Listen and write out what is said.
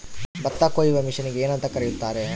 ಭತ್ತ ಕೊಯ್ಯುವ ಮಿಷನ್ನಿಗೆ ಏನಂತ ಕರೆಯುತ್ತಾರೆ?